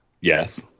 yes